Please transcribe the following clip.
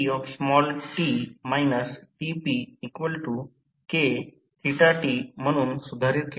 Re 1 R 1 K 2 R 2 ते उच्च voltage बाजूला संदर्भित आहे